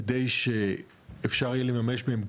כדי שאפשר יהיה לממש מהן,